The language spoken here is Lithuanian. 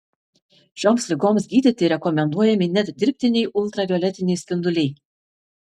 šioms ligoms gydyti rekomenduojami net dirbtiniai ultravioletiniai spinduliai